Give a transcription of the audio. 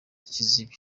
kiziba